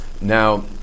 now